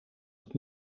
het